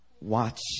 Watch